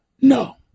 no